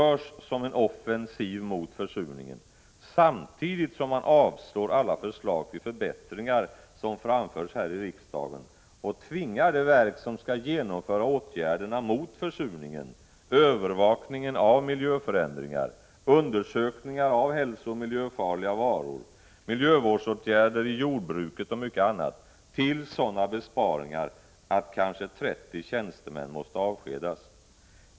1985/86:31 en offensiv mot försurningen, samtidigt som man avslår alla förslag till 20 november 1985 förbättringar som framförs här i riksdagen och tvingar det verk som skall ZZZG —A— genomföra åtgärderna mot försurningen, övervakningen av miljöförändringar, undersökningar av hälsooch miljöfarliga varor, miljövårdsåtgärder i jordbruket och mycket annat till sådana besparingar att kanske 30 tjänstemän måste avskedas.